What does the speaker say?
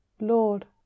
Lord